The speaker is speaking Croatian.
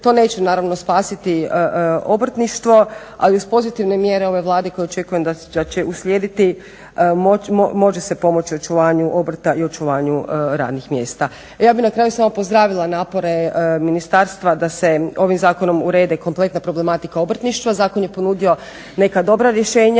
to neće naravno spasiti obrtništvo, ali uz pozitivne mjere ove Vlade koje očekujem da će uslijediti može se pomoći očuvanju obrta i očuvanju radnih mjesta. Ja bih na kraju samo pozdravila napore Ministarstva da se ovim zakonom urede kompletna problematika obrtništva, zakon je ponudio neka dobra rješenja,